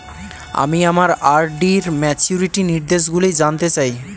আমি আমার আর.ডি র ম্যাচুরিটি নির্দেশগুলি জানতে চাই